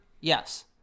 Yes